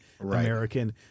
American